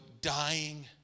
dying